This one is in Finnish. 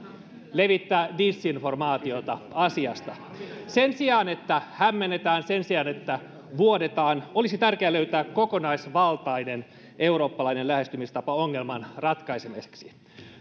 levittää disinformaatiota asiasta sen sijaan että hämmennetään sen sijaan että vuodetaan olisi tärkeää löytää kokonaisvaltainen eurooppalainen lähestymistapa ongelman ratkaisemiseksi